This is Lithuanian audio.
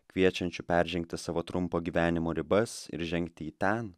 kviečiančiu peržengti savo trumpo gyvenimo ribas ir žengti į ten